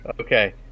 Okay